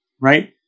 right